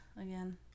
again